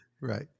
Right